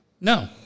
No